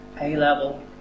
A-level